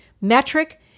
metric